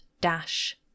dash